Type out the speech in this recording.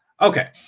Okay